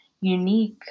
unique